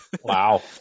Wow